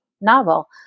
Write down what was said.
novel